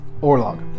Orlog